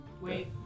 Wait